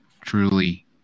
truly